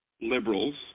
liberals